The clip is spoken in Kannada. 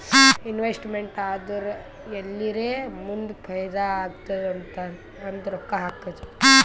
ಇನ್ವೆಸ್ಟಮೆಂಟ್ ಅಂದುರ್ ಎಲ್ಲಿರೇ ಮುಂದ್ ಫೈದಾ ಆತ್ತುದ್ ಅಂತ್ ರೊಕ್ಕಾ ಹಾಕದ್